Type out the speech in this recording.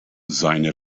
seine